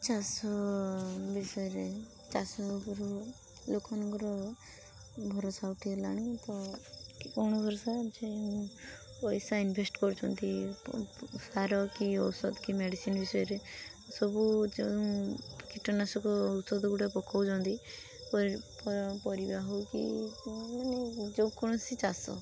ଚାଷ ବିଷୟରେ ଚାଷ ଉପରୁ ଲୋକମାନଙ୍କର ଭରସା ଉଠିଗଲାଣି ତ କି କ'ଣ ଭରସା ଯେ ପଇସା ଇନଭେଷ୍ଟ କରୁଛନ୍ତି ସାର କି ଔଷଧ କି ମେଡ଼ିସିନ୍ ବିଷୟରେ ସବୁ କୀଟନାଶକ ଔଷଧଗୁଡ଼ା ପକାଉଛନ୍ତି ପରିବା ହଉ କି ମାନେ ଯେ କୌଣସି ଚାଷ